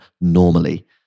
normally